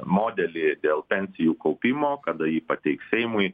modelį dėl pensijų kaupimo kada jį pateiks seimui